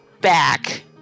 back